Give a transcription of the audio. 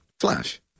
Flash